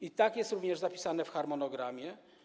I tak jest również zapisane w harmonogramie.